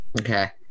okay